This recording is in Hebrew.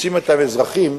מוצאים האזרחים,